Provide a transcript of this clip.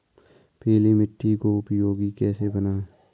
पीली मिट्टी को उपयोगी कैसे बनाएँ?